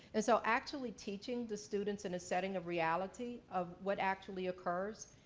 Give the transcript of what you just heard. and so actually teaching the students in a setting of reality of what actually occurs,